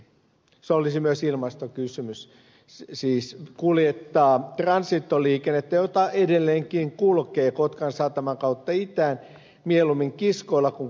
se olisi myös ilmastokysymys siis kuljettaa transitoliikennettä jota edelleenkin kulkee kotkan sataman kautta itään mieluummin kiskoilla kuin kumipyörillä